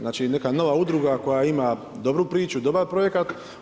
Znači neka nova udruga koja ima dobru priču, dobar projekat.